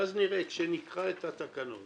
ואז נראה, כשנקרא את התקנות